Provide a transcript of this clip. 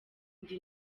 ndi